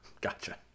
gotcha